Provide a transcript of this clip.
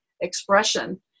expression